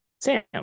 Sam